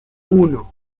uno